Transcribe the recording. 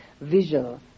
visual